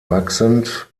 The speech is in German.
wachsend